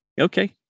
Okay